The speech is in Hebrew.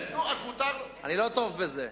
אני לא טוב בזה.